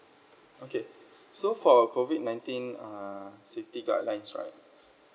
okay so for COVID nineteen uh safety guidelines right uh